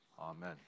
Amen